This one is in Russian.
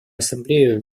ассамблею